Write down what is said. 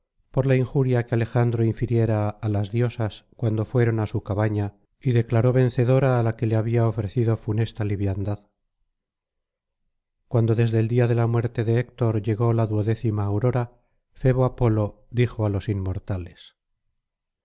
por la injuria que alejandro infiriera á las diosas cuando fueron á su cabaiia y declaró vencedora á la que le había ofrecido funesta liviandad cuando desde el día de la muerte de héctor llegó la duodécima aurora febo apolo dijo á los inmortales